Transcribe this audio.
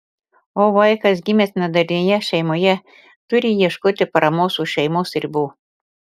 o vaikas gimęs nedarnioje šeimoje turi ieškoti paramos už šeimos ribų